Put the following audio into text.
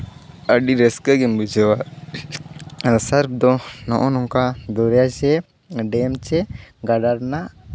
ᱟᱹᱰᱤ ᱨᱟᱹᱥᱠᱟᱹ ᱜᱮᱢ ᱵᱩᱡᱷᱟᱹᱣᱟ ᱟᱨ ᱥᱟᱨᱠ ᱫᱚ ᱱᱚᱜᱼᱚᱸᱭ ᱱᱚᱝᱠᱟ ᱫᱚᱨᱭᱟ ᱪᱮ ᱰᱮᱢ ᱪᱮ ᱜᱟᱰᱟ ᱨᱮᱱᱟᱜ